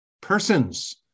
persons